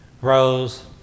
Rose